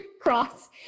cross